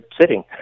sitting